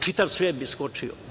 Čitav svet bi skočio.